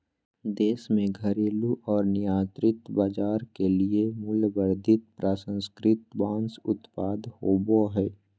देश में घरेलू और निर्यात बाजार के लिए मूल्यवर्धित प्रसंस्कृत बांस उत्पाद होबो हइ